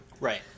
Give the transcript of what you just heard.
Right